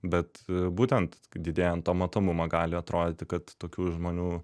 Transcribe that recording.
bet būtent didėjant to matomumo gali atrodyti kad tokių žmonių